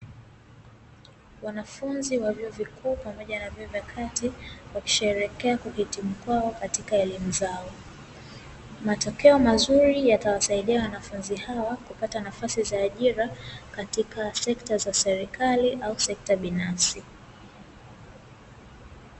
Wanafunzi wa vyuo vikuu pamoja na vyuo vya kati wakisheherekea kuhitimu kwao katika elimu zao. Matokeo mazuri yatawasaidia wanafunzi hawa kupata nafasi za ajira katika sekta za serikali au sekta binafsi.